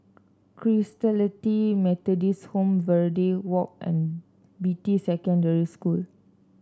Christalite Methodist Home Verde Walk and Beatty Secondary School